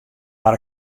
mar